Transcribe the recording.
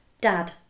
Dad